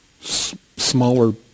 smaller